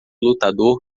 lutador